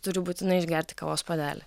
turiu būtinai išgerti kavos puodelį